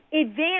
advance